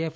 F